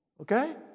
okay